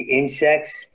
insects